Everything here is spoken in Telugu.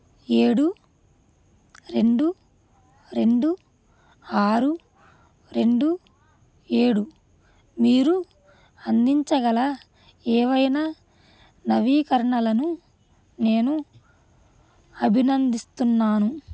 ఏడు రెండు రెండు ఆరు రెండు ఏడు మీరు అందించగల ఏవైనా నవీకరణలను నేను అభినందిస్తున్నాను